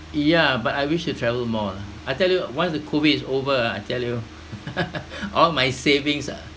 yeah but I wish to travel more lah I tell you once the COVID is over ah I tell you all my savings ah